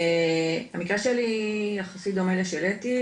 המקרה שלי יחסית דומה לשל אתי,